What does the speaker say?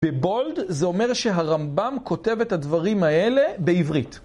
בבולד זה אומר שהרמב'ם כותב את הדברים האלה בעברית.